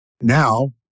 Now